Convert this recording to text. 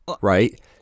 right